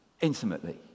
intimately